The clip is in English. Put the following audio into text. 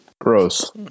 Gross